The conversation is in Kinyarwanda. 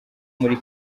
muri